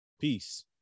Peace